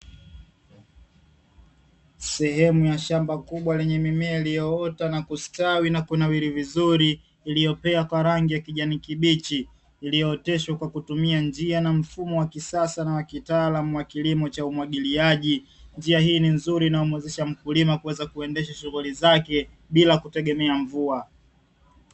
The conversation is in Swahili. Sehemu ya shamba kubwa lenye mimea iliyoota na kustawi na kunawili vizuri iliyopea kwa rangi ya kijani kibichi, iliyooteshwa kwa kutumia njia na mfumo wa kisasa na kitaalamu wa kilimo cha umwagiliaji. Njia hii ni nzuri inayomuwezesha mkulima kuweza kuendesha shughuli zake bila kutegemea mvua.